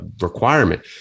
requirement